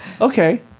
okay